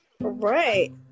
Right